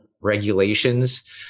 regulations